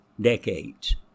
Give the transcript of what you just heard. decades